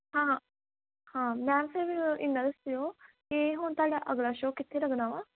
ਹਾਂ ਹਾਂ ਮੈਮ ਫਿਰ ਮੈਨੂੰ ਇਹਨਾਂ ਦੱਸਿਓ ਕਿ ਹੁਣ ਤੁਹਾਡਾ ਅਗਲਾ ਸ਼ੋਅ ਕਿੱਥੇ ਲੱਗਣਾ ਵਾ